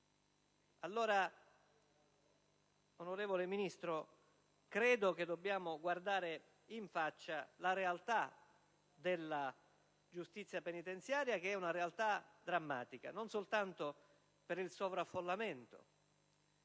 Signor Ministro, credo che dobbiamo guardare in faccia la realtà della giustizia penitenziaria, che è drammatica non soltanto per il sovraffollamento